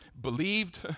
Believed